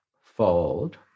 Fold